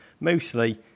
mostly